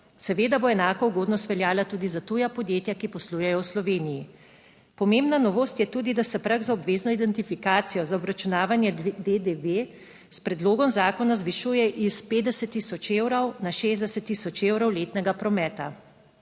Seveda bo enaka ugodnost veljala tudi za tuja podjetja, ki poslujejo v Sloveniji. Pomembna novost je tudi, da se prag za obvezno identifikacijo za obračunavanje DDV s predlogom zakona zvišuje iz 50 tisoč evrov na 60 tisoč evrov letnega prometa.